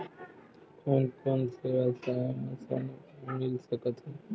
कोन कोन से व्यवसाय बर ऋण मिल सकथे?